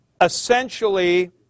essentially